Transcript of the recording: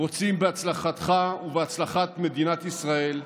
רוצים בהצלחתך ובהצלחת מדינת ישראל,